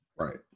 Right